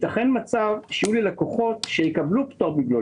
ייתכן מצב שיהיו לי לקוחות שיקבלו פטור מבלו.